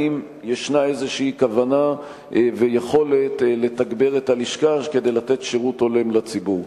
האם יש איזו כוונה ויכולת לתגבר את הלשכה כדי לתת שירות הולם לציבור?